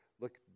look